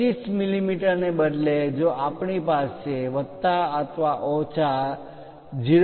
25 મીમી ને બદલે જો આપણી પાસે વત્તા અથવા ઓછા 0